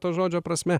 to žodžio prasme